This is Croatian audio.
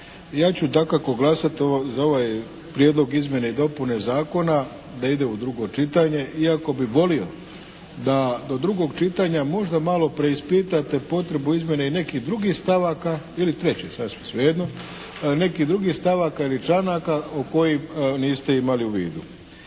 Ja ću dakako glasati za ovaj Prijedlog izmjene i dopune Zakona da ide u drugo čitanje iako bih volio da do drugog čitanja možda malo preispitate potrebu izmjene i nekih drugih stavaka ili trećih, sasvim svejedno. Nekih drugih stavaka ili članaka o kojim niste imali u vidu.